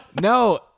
No